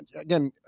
again